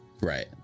Right